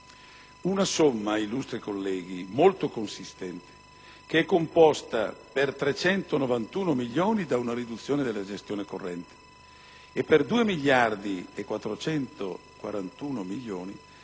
Una somma, illustri colleghi, molto consistente, che è composta per 391 milioni da una riduzione delle spese correnti e per 2,441 miliardi da una riduzione